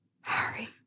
Harry